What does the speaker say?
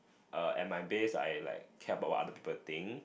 err and my base I like care about what other people think